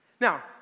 Now